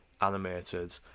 animated